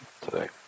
today